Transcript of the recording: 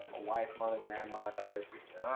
a wife, mother, grandma, daughter, sister,